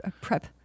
prep